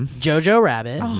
um jojo rabbit,